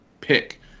pick